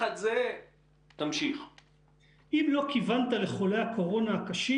אם לא כיוונת לחולי הקורונה הקשים,